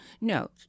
No